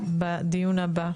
בדיון הבא.